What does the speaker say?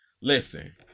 Listen